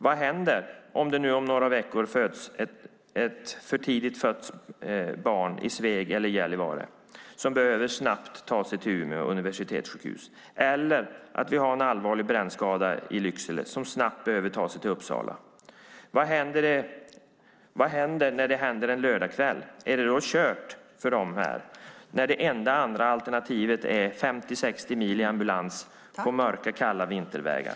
Vad händer om det om några veckor föds ett för tidigt fött barn i Sveg eller i Gällivare som snabbt behöver tas till Umeå universitetssjukhus? Vad händer om vi har en allvarlig brännskada i Lycksele som snabbt behöver tas till Uppsala? Vad händer om det sker en lördagskväll? Är det då kört för dessa människor när det enda alternativet är 50-60 mil i ambulans på mörka, kalla vintervägar?